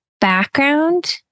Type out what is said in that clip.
background